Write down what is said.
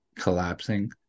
collapsing